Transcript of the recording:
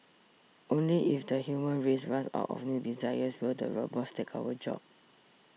only if the human race runs out of new desires will the robots take our jobs